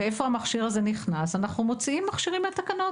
ואיפה המכשיר הזה נכנס אנחנו מוציאים מכשירים מהתקנות.